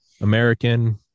American